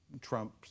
Trump